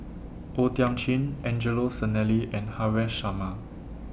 O Thiam Chin Angelo Sanelli and Haresh Sharma